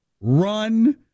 run